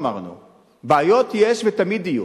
בעיות יש ותמיד יהיו.